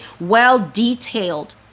well-detailed